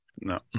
No